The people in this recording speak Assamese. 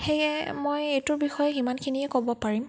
সেয়ে মই এইটোৰ বিষয়ে সিমানখিনিয়ে ক'ব পাৰিম